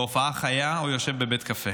בהופעה חיה או יושב בבית קפה.